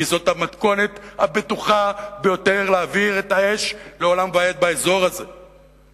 כי זאת המתכונת הבטוחה ביותר להבעיר את האש באזור הזה לעולם ועד.